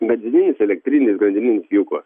benzininis elektrinis grandininis pjūklas